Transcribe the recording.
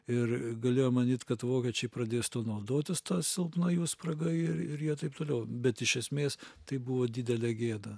ir galėjo manyt kad vokiečiai pradės naudotis ta silpna jų spraga ir ir jie taip toliau bet iš esmės tai buvo didelė gėda